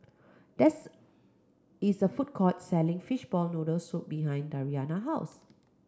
there's is a food court selling fishball noodle soup behind Dariana house